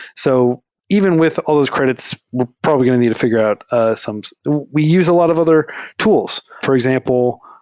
so even with al l those credits, we' ll probably going to need to figure out ah some we use a lot of other tools. for example,